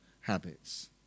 habits